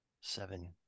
seven